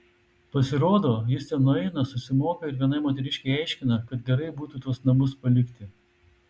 pasirodo jis ten nueina susimoka ir vienai moteriškei aiškina kad gerai būtų tuos namus palikti